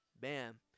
Bam